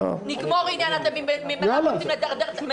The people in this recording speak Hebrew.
שבוע לפני הבחירות.